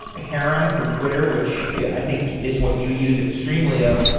heron from twitter, which yeah i think is what you use at streamlio,